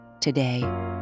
today